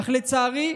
אך לצערי,